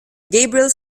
gabriel